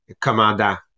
commandant